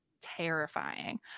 terrifying